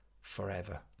forever